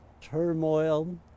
turmoil